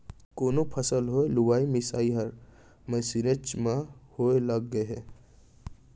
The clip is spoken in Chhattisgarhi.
कोनो फसल होय लुवई मिसई हर मसीनेच म होय लग गय हे